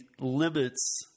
limits